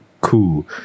cool